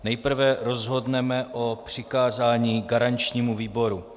Nejprve rozhodneme o přikázání garančnímu výboru.